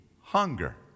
hunger